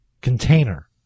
Container